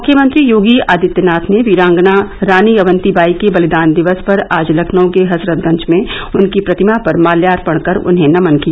मुख्यमंत्री योगी आदित्यनाथ ने वीरांगना रानी अवंतीबाई के बलिदान दिवस पर आज लखनऊ के हजरतगंज में उनकी प्रतिमा पर माल्यार्पण कर उन्हें नमन किया